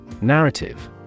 Narrative